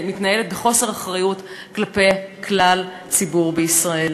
המתנהלת בחוסר אחריות כלפי כלל הציבור בישראל.